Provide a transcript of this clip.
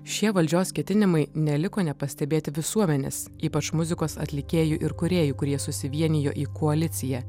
šie valdžios ketinimai neliko nepastebėti visuomenės ypač muzikos atlikėjų ir kūrėjų kurie susivienijo į koaliciją